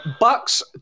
Bucks